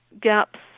gaps